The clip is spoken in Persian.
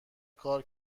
کار